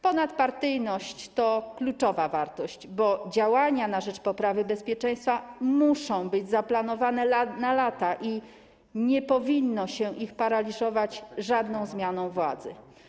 Ponadpartyjność to kluczowa wartość, bo działania na rzecz poprawy bezpieczeństwa muszą być zaplanowane na lata i nie powinno się ich paraliżować żadną zmianą władzy.